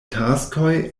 taskoj